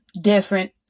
different